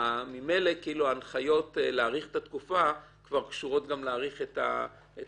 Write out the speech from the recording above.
ממילא ההנחיות להאריך את התקופה כבר קשורות להאריך גם את ההתיישנות.